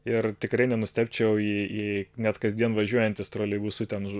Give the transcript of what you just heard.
ir tikrai nenustebčiau jei jei net kasdien važiuojantis troleibusu ten